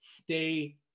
Stay